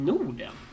Norden